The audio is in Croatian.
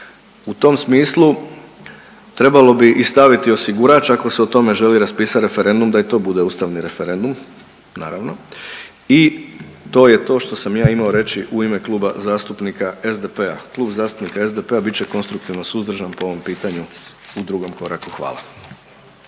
U tom smislu trebalo bi i staviti osigurač ako se o tome želi raspisat referendum da i to bude ustavni referendum naravno i to je to što sam ja imao reći u ime Kluba zastupnika SDP-a. Klub zastupnika SDP-a bit će konstruktivno suzdržan po ovom pitanju u drugom koraku, hvala.